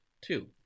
two